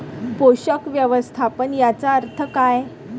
पोषक व्यवस्थापन याचा अर्थ काय?